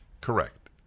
Correct